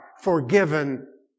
forgiven